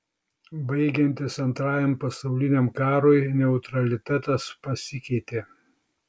baigiantis antrajam pasauliniam karui neutralitetas pasikeitė